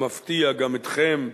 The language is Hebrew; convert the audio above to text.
המפתיע גם אתכם,